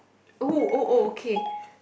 oh oh oh okay